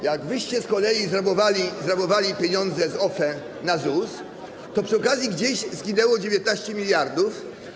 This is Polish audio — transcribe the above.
Jak wyście z kolei zrabowali pieniądze z OFE na ZUS, to przy okazji gdzieś zginęło 19 mld.